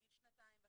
בגיל שנתיים וחצי,